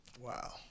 Wow